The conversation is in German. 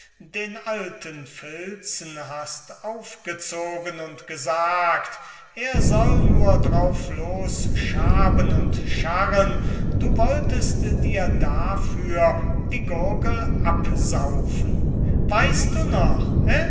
den alten filzen hast aufgezogen und gesagt er soll nur drauf los schaben und scharren du wollest dir dafür die gurgel absaufen weißt du noch